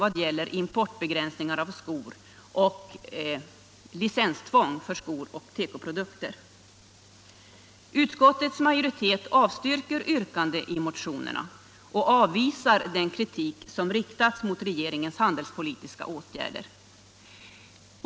Utskottets majoritet avstyrker yrkandena i motionerna och avvisar den kritik som riktats mot regeringens handelspolitiska åtgärder.